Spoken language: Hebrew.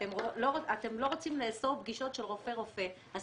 אתם לא רוצים לאסור פגישות של רופא רופא, אז